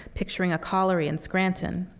picturing a colliery in scranton.